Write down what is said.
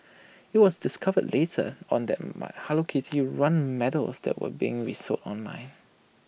IT was discovered later on that my hello kitty run medals was that were being resold online